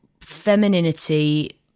femininity